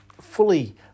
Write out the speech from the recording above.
fully